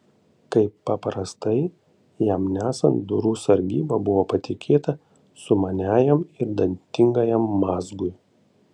kaip paprastai jam nesant durų sargyba buvo patikėta sumaniajam ir dantingajam mazgui